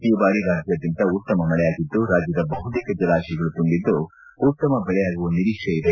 ಈ ಬಾರಿ ರಾಜ್ವಾದ್ಯಂತ ಉತ್ತಮ ಮಳೆಯಾಗಿದ್ದು ರಾಜ್ವದ ಬಹುತೇಕ ಜಲಾಶಯಗಳು ತುಂಬಿದ್ದು ಉತ್ತಮ ಬೆಳೆಯಾಗುವ ನಿರೀಕ್ಷೆ ಇದೆ